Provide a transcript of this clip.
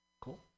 Cool